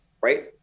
Right